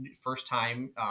first-time